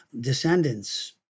descendants